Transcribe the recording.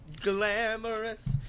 glamorous